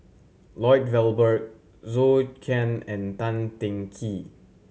Lloyd Valberg Zhou Can and Tan Teng Kee